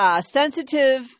sensitive